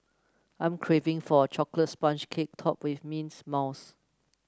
I'm craving for a chocolate sponge cake topped with mints mousse